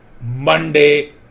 Monday